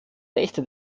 rechte